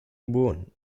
bonn